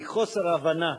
מחוסר הבנה.